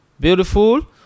beautiful